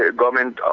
government